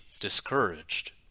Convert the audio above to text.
discouraged